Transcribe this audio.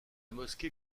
mosquée